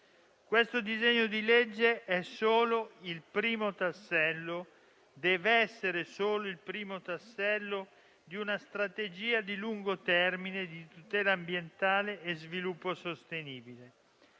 Questo disegno di legge è e deve essere solo il primo tassello di una strategia di lungo termine di tutela ambientale e sviluppo sostenibile.